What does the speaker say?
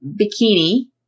bikini